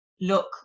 look